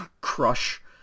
crush